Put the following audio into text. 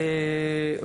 דוד דהן,